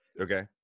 Okay